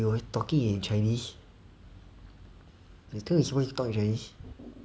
we were talking in chinese I thought we're supposed to talk in chinese